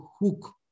hook